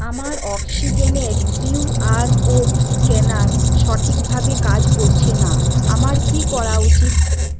আমার অক্সিজেনের Q R code scanner সঠিকভাবে কাজ করছে না আমার কী করা উচিত